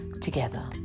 together